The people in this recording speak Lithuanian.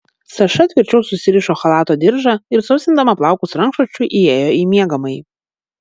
saša tvirčiau susirišo chalato diržą ir sausindama plaukus rankšluosčiu įėjo į miegamąjį